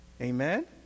Amen